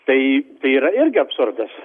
tai tai yra irgi absurdas